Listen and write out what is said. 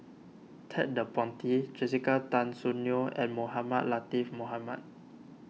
Ted De Ponti Jessica Tan Soon Neo and Mohamed Latiff Mohamed